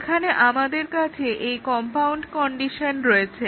এখানে আমাদের কাছে এই কম্পাউন্ড কন্ডিশন রয়েছে